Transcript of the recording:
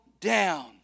down